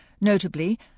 notably